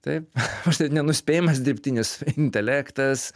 taip aš taip nenuspėjamas dirbtinis intelektas